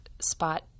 spot